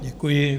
Děkuji.